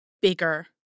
bigger